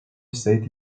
estate